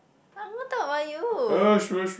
I'm gonna talk about you